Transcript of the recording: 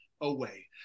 away